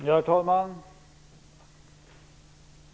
Herr talman!